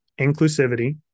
inclusivity